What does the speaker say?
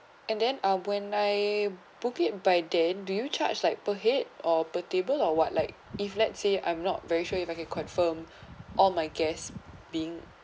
and then ah when I book it by then do you charge like per head or per table or what like if let's say I'm not very sure if I can confirm all my guests being